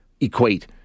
equate